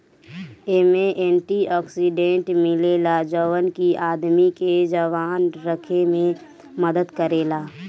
एमे antioxidant मिलेला जवन की आदमी के जवान रखे में मदद करेला